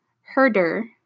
Herder